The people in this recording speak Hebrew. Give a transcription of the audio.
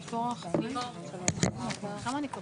מי נמנע?